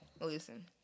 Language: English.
listen